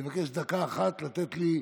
אני מבקש דקה אחת לתת לי.